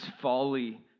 folly